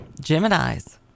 Gemini's